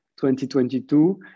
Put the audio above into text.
2022